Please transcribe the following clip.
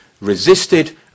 resisted